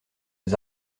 aux